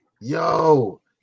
Yo